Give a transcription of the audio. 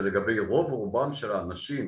שלגבי רוב רובם של האנשים,